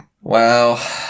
Wow